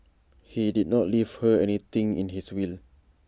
he did not leave her anything in his will